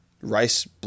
Rice